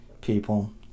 people